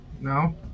No